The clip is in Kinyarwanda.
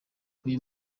uyu